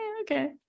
okay